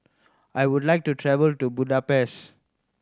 I would like to travel to Budapest